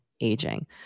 aging